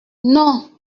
non